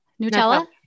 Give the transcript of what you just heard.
Nutella